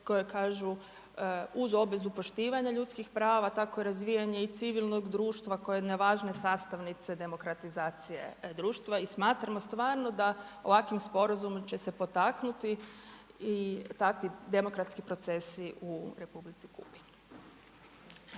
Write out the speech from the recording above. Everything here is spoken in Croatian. koje kažu uz obvezu poštivanja ljudskih prava, tako razvijanje i civilnog društva kao jedne važne sastavnice demokratizacije društva, i smatramo stvarno da ovakvim Sporazumom će se potaknuti i takvi demokratski procesi u Republici Kubi.